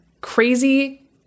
crazy